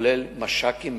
כולל מש"קים,